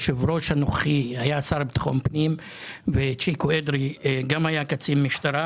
היושב-ראש הנוכחי היה שר לביטחון הפנים וגם צ'יקו אדרי היה קצין משטרה.